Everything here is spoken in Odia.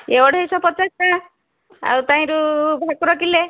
ଇଏ ଅଢ଼େଇଶହ ପଚାଶ ଟଙ୍କା ଆଉ ତାହିଁରୁ ଭାକୁର କିଲେ